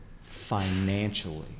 financially